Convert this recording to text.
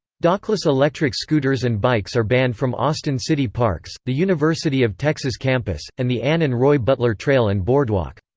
dockless electric scooters and bikes are banned from austin city parks, the university of texas campus, and the ann and roy butler trail and boardwalk.